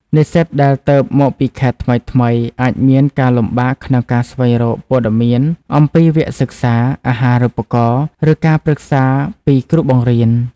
និស្សិតដែលទើបមកពីខេត្តថ្មីៗ អាចមានការលំបាកក្នុងការស្វែងរកព័ត៌មានអំពីវគ្គសិក្សា អាហារូបករណ៍ ឬការប្រឹក្សាពីគ្រូបង្រៀន។